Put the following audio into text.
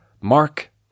Mark